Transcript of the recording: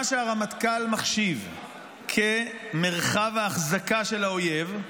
מה שהרמטכ"ל מחשיב כמרחב ההחזקה של האויב,